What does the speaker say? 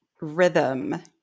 Rhythm